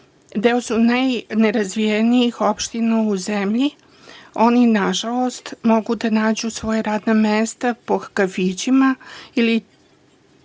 deo su najnerazvijenijih opština u zemlji. One, nažalost, mogu da nađu svoja radna mesta po kafićima ili